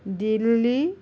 Delhi